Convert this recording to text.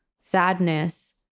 sadness